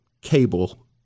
cable